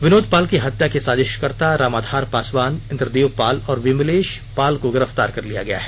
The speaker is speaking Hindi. विनोद पाल की हत्या के साजिशकर्ता रामाधार पासवान चन्द्रदेव पाल और विमलेश पाल को गिरफ्तार कर लिया गया है